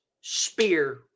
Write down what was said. spear